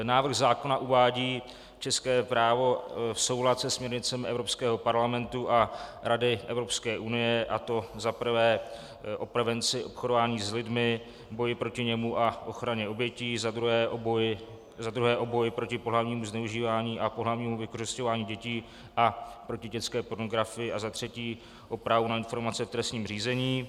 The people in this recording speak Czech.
Návrh zákona uvádí české právo v soulad se směrnicemi Evropského parlamentu a Rady Evropské unie, a to za prvé o prevenci obchodování s lidmi, boji proti němu a ochraně obětí, za druhé o boji proti pohlavnímu zneužívání a pohlavnímu vykořisťování dětí a proti dětské pornografii a za třetí o právu na informace v trestním řízení.